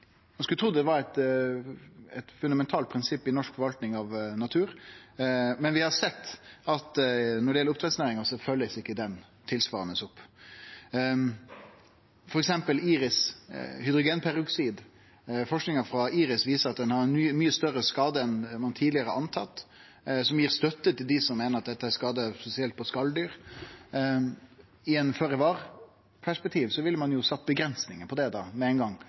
ein jo tru var eit fundamentalt prinsipp i norsk forvaltning av natur, men vi har sett at når det gjeld oppdrettsnæringa, blir ikkje det følgt tilsvarande opp. For eksempel viser forskinga frå IRIS at hydrogenperoksid gjer mykje større skade enn ein tidlegare har trudd. Det gir støtte til dei som meiner at dette gir skade spesielt på skaldyr. I eit føre-var-perspektiv ville ein jo avgrensa bruken med ein gong